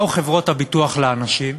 באו חברות הביטוח לאנשים,